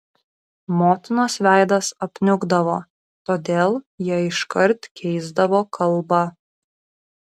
motinos veidas apniukdavo todėl jie iškart keisdavo kalbą